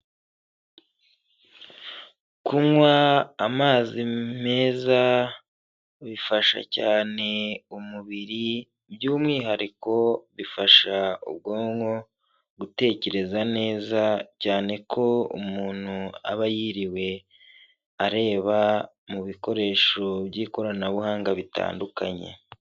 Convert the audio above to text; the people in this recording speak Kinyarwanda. Kunywa amazi meza bifasha cyane umubiri, by'umwihariko bifasha ubwonko gutekereza neza, cyane ko umuntu aba yiriwe areba mu bikoresho by'ikoranabuhanga bitandukanye.